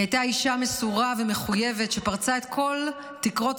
היא הייתה אישה מסורה ומחויבת שפרצה את כל תקרות